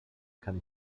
kann